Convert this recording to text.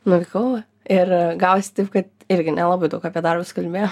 nuvykau ir gavosi taip kad irgi nelabai daug apie darbus kalbėjom